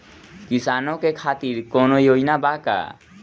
किसानों के खातिर कौनो योजना बा का?